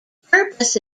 purpose